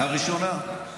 הראשונה.